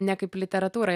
ne kaip literatūra